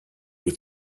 with